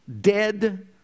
Dead